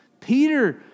Peter